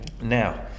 Now